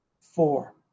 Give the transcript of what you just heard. four